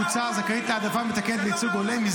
והוא מקרב קבוצה הזכאית להעדפה מתקנת לייצוג הולם,